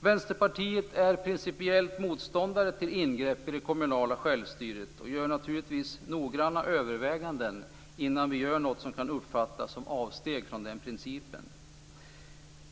Vänsterpartiet är principiellt motståndare till ingrepp i det kommunala självstyret. Vi gör naturligtvis noggranna överväganden innan vi gör något som kan uppfattas som avsteg från den principen.